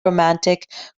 romantic